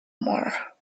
more